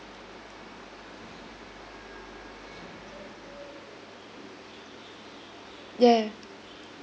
ya